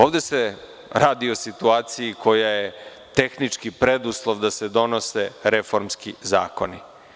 Ovde se radi o situaciji koja je tehnički preduslov da se donose reformski zakoni.